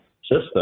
system